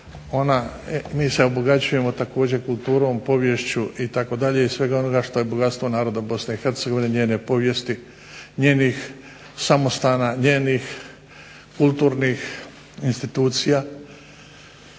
mi se obogaćujemo također kulturom, poviješću itd., iz svega onoga što je bogatstvo naroda Bosne i Hercegovine, njene povijesti, njenih samostana, njenih kulturnih institucija